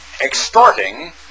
Extorting